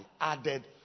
added